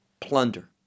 plunder